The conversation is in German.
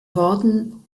worten